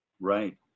Right